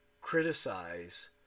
criticize